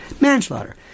Manslaughter